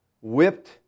whipped